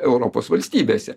europos valstybėse